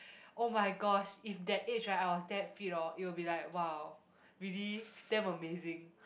oh-my-gosh if that age right I was that fit hor it will be like !wow! really damn amazing